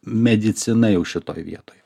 medicina jau šitoje vietoj